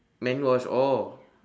man wash oh